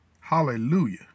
Hallelujah